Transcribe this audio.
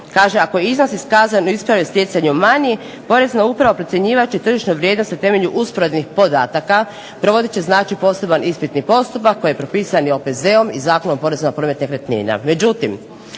kaže "ako je iznos iskazan u … stjecanju manji Porezna uprava procjenjivat će tržišnu vrijednost na temelju usporednih podataka", provodit će znači poseban ispitni postupak koji je propisan i OPZ-om i Zakonom o porezu na promet nekretnina.